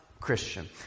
Christian